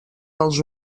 pels